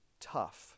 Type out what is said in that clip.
tough